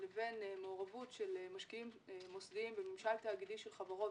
לבין מעורבות של משקיעים מוסדיים בממשל תאגידי של חברות,